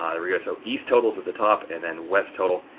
um there we go. so, east total is at the top and then west total.